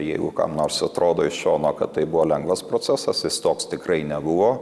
jeigu kam nors atrodo iš šono kad tai buvo lengvas procesas jis toks tikrai nebuvo